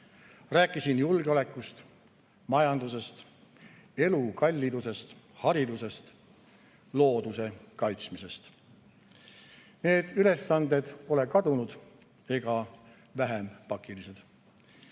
Rääkisin julgeolekust, majandusest, elukallidusest, haridusest ja looduse kaitsmisest. Need ülesanded pole kadunud ega vähem pakilised.